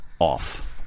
off